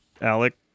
Alec